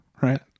Right